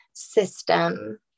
system